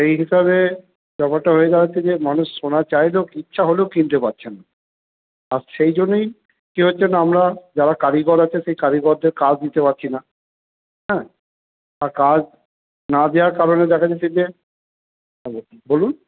সেই হিসাবে ব্যাপারটা হয়ে দাঁড়াচ্ছে যে মানুষ সোনা চাইলেও ইচ্ছা হলেও কিনতে পারছে না আর সেই জন্যেই কী হচ্ছে না আমরা যারা কারিগর আছে সেই কারিগরদের কাজ দিতে পারছি না হ্যাঁ আর কাজ না দেওয়ার কারণে দেখা যাচ্ছে যে বলুন